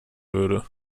würde